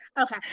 Okay